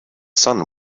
sun